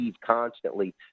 constantly